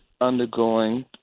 undergoing